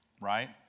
Right